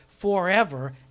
forever